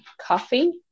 coffee